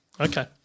okay